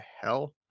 hell